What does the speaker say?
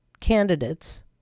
Candidates